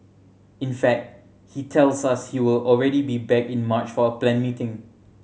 in fact he tells us he will already be back in March for a planned meeting